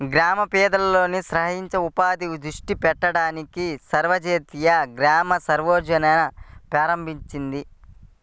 గ్రామీణ పేదలలో స్వయం ఉపాధిని దృష్టి పెట్టడానికి స్వర్ణజయంతి గ్రామీణ స్వరోజ్గార్ ప్రారంభించింది